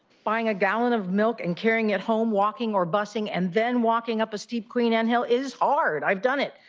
buying a gallon of milk, and carrying it home, walking or busting and then walking up a steep queen ann hill is heart. i've done it.